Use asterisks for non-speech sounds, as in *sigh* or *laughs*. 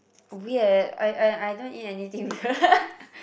weird I I I don't eat anything weird *laughs*